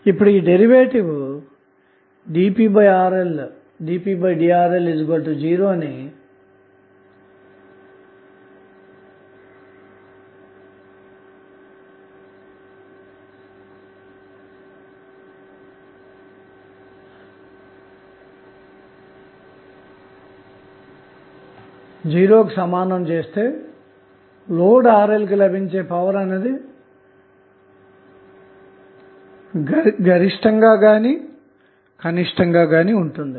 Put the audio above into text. ఇప్పుడు ఈ derivative dpdRL0 ని '0' కి సమానం చేస్తే లోడ్ RL కి లభించే పవర్ అన్నది గరిష్టంగా గాని లేదా కనిష్టంగా గాని ఉంటుంది